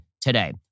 today